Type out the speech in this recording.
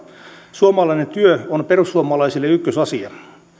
suomalainen työ on perussuomalaisille ykkösasia